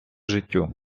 життю